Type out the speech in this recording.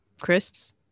crisps